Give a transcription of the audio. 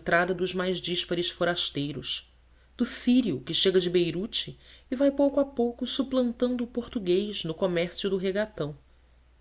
entrada dos mais díspares forasteiros do sírio que chega de beirute e vai pouco a pouco suplantando o português no comércio do regatão